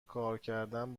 کارکردن